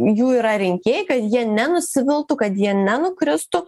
jų yra rinkėjai kad jie nenusiviltų kad jie nenukristų